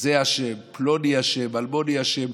זה אשם, פלוני אשם, אלמוני אשם.